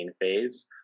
phase